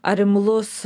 ar imlus